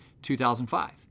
2005